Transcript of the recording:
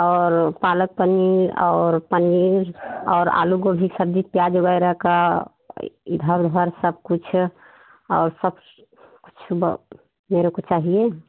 और पालक पनीर और पनीर और आलू गोभी की सब्जी प्याज़ वगैरह का इधर उधर सबकुछ और सब कुछ वो मेरे को चाहिए